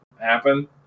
happen